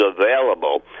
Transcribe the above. available